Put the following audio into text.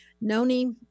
Noni